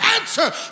answer